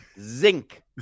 zinc